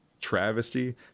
travesty